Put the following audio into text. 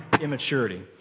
immaturity